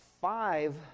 five